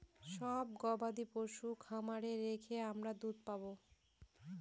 সব গবাদি পশু খামারে রেখে আমরা দুধ পাবো